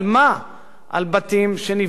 על בתים שנבנו שלא כדין.